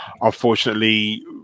unfortunately